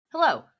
Hello